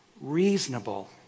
Reasonable